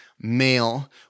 male